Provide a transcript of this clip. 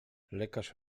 lekarz